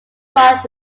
prod